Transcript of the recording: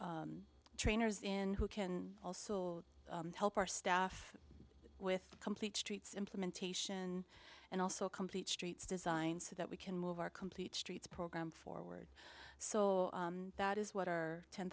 bring trainers in who can also help our staff with complete streets implementation and also complete streets designed so that we can move our complete streets program forward so that is what our ten